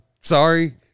Sorry